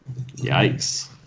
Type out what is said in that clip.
Yikes